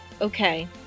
Okay